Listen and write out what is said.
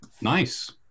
Nice